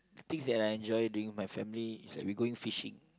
things that I enjoy doing with my family is like we going fishing